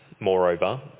moreover